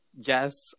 yes